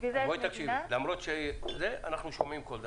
אנחנו שומעים כל דבר.